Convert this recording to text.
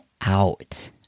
out